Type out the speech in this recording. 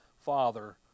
Father